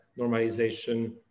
normalization